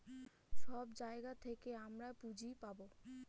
সব জায়গা থেকে আমরা পুঁজি পাবো